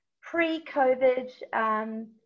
Pre-COVID